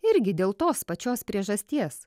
irgi dėl tos pačios priežasties